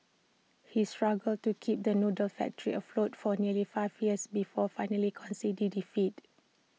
he struggled to keep the noodle factory afloat for nearly five years before finally conceding defeat